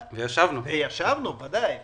ישבנו, ודאי.